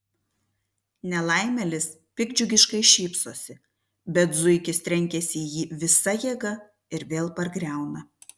nelaimėlis piktdžiugiškai šypsosi bet zuikis trenkiasi į jį visa jėga ir vėl pargriauna